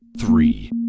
three